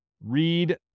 read